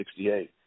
1968